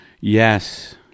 yes